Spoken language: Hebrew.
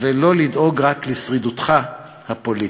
ולא לדאוג רק לשרידותך הפוליטית.